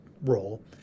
role